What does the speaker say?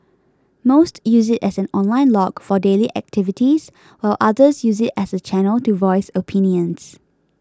most use it as an online log for daily activities while others use it as a channel to voice opinions